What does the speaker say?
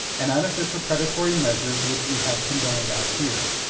and unofficial predatory measures which we have condoned out here.